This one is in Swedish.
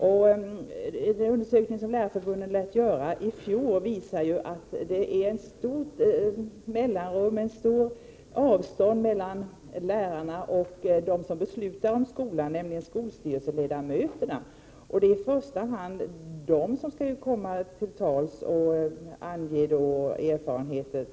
Den undersökning som lärarförbunden gjorde i fjol visar ju att det finns ett stort avstånd mellan lärarna och dem som beslutar om skolan, nämligen skolstyrelseledamöterna. Det är ju i första hand dessa grupper som skall komma till tals och delge varandra sina erfarenheter.